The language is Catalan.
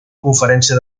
conferència